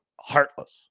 heartless